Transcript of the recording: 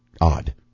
odd